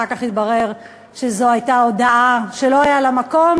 אחר כך התברר שזאת הודאה שלא היה לה מקום,